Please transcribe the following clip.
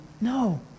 no